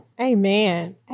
Amen